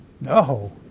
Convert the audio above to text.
No